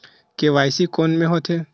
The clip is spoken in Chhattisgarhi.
के.वाई.सी कोन में होथे?